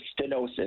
stenosis